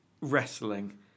wrestling